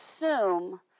assume